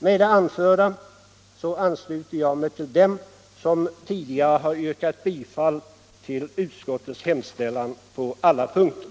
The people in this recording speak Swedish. Med det anförda ansluter jag mig till dem som tidigare har yrkat bifall till utskottets hemställan på alla punkter.